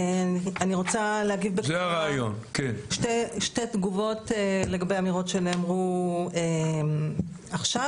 אני רוצה שתי תגובות לגבי אמירות שנאמרו עכשיו,